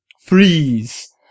freeze